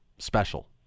special